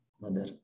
mother